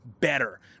better